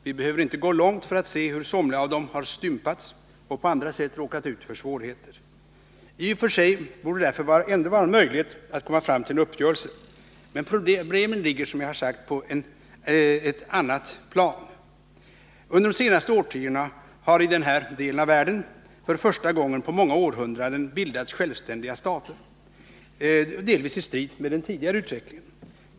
Vi behöver inte gå långt för att se hur somliga länder har stympats eller på andra sätt råkat ut för svårigheter. I och för sig borde det ändå vara möjligt att i Mellanöstern komma fram till en uppgörelse, men som jag sade ligger problemen på ett annat plan. Under de senaste årtiondena har i denna del av världen för första gången på många århundraden bildats självständiga stater, delvis i strid med den tidigare utvecklingen.